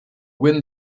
wind